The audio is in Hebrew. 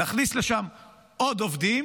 נכניס לשם עוד עובדים